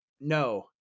no